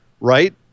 right